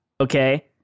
okay